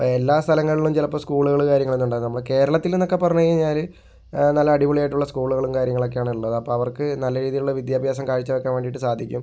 എല്ലാ സ്ഥലങ്ങളിലും ചിലപ്പോൾ സ്കൂളുകള് കാര്യങ്ങൾ ഒന്നും ഉണ്ടാകില്ല നമ്മള് കേരളത്തിൽ എന്നൊക്കെ പറഞ്ഞു കഴിഞ്ഞാല് നല്ല അടിപൊളിയായിട്ടുള്ള സ്കൂളുകളും കാര്യങ്ങളൊക്കെയാണ് ഉള്ളത് അപ്പം അവർക്ക് നല്ല രീതിയിൽ ഉള്ള വിദ്യാഭ്യാസം കാഴ്ച വെക്കാൻ വേണ്ടിയിട്ട് സാധിക്കും